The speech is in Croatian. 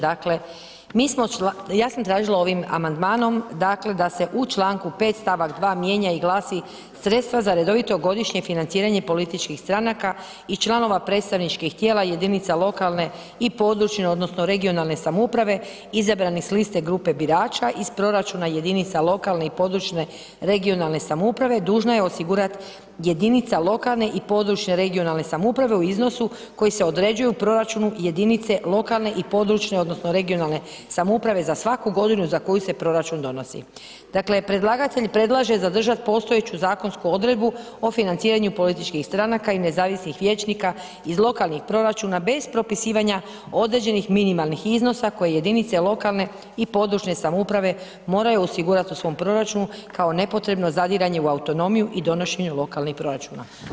Dakle, ja sam tražila ovim amandmanom, dakle, da se u čl. 5. st. 2. mijenja i glasi „sredstva za redovito godišnje financiranje političkih stranaka i članova predstavničkih tijela jedinica lokalne i područne odnosno regionalne samouprave izabranih s liste grupe birača iz proračuna jedinica lokalne i područne regionalne samouprave dužno je osigurat jedinica lokalne i područne regionalne samouprave u iznosu koji se određuju u proračunu jedinice lokalne i područne odnosno regionalne samouprave za svaku godinu za koju se proračun donosi.“ Dakle, predlagatelj predlaže zadržat postojeću zakonsku odredbu o financiranju političkih stranaka i nezavisnih vijećnika iz lokalnih proračuna bez propisivanja određenih minimalnih iznosa koje jedinice lokalne i područne samouprave moraju osigurat u svom proračunu kao nepotrebno zadiranje u autonomiju i donošenju lokalnih proračuna.